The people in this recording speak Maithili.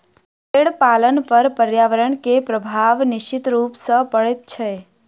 भेंड़ पालन पर पर्यावरणक प्रभाव निश्चित रूप सॅ पड़ैत छै